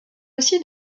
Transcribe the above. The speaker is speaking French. aussi